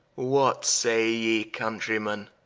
what say ye countrimen,